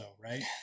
right